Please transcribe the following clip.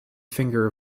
finger